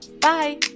Bye